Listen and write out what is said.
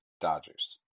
Dodgers